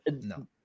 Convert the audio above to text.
no